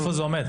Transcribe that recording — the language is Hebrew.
איפה זה עומד?